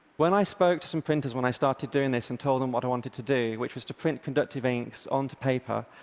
when i spoke to some printers when i started doing this and told them what i wanted to do, which was to print conductive inks onto paper,